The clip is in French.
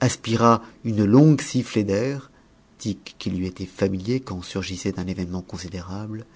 aspira une longue sifflée d'air tic qui lui était familier quand surgissait un événement considérable